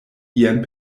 ien